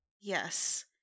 Yes